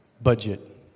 budget